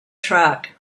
track